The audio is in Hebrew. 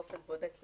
באופן בולט לעין,